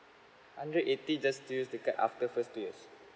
hundred eighty just to use the card after first two years